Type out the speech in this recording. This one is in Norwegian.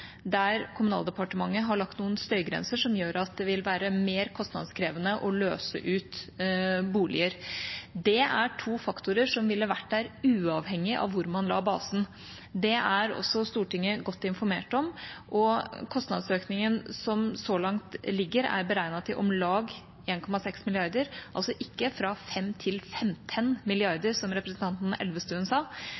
der Kommunaldepartementet har lagt noen støygrenser som gjør at det vil være mer kostnadskrevende å løse ut boliger. Dette er to faktorer som ville vært der uavhengig av hvor man la basen. Det er også Stortinget godt informert om. Kostnadsøkningen som så langt foreligger, er beregnet til om lag 1,6 mrd. kr, altså ikke fra 5 mrd. kr til 15